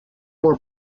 were